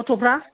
गथ'फ्रा